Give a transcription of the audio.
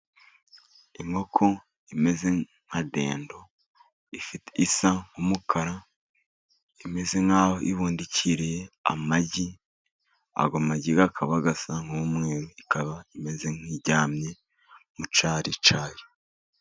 Inkoko imeze nka dendo isa n'umukara, imeze nk'aho ibundikiriye amagi, ayo magi akaba asa n'umweru ikaba imeze nk'iryamye mu cyari cyayo.